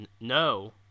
No